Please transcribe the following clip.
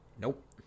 Nope